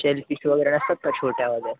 sale fish वगैरे नसतात का छोट्या वाल्या